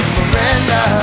Miranda